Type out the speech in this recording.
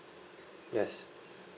yes